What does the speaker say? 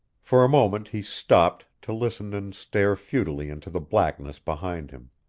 for a moment he stopped to listen and stare futilely into the blackness behind him.